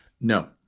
No